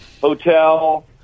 Hotel